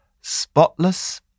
spotless